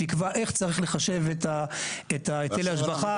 שיקבע איך צריך לחשב את היטלי ההשבחה.